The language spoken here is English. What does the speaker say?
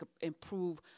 improve